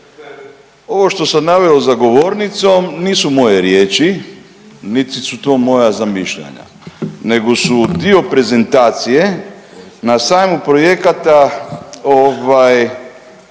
Ovo što sam naveo za govornicom nisu moje riječi niti su to moja zamišljanja nego su dio prezentacije na sajmu projekata